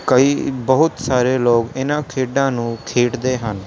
ਕਈ ਬਹੁਤ ਸਾਰੇ ਲੋਕ ਇਹਨਾਂ ਖੇਡਾਂ ਨੂੰ ਖੇਡਦੇ ਹਨ